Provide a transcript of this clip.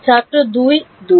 ছাত্র 2 2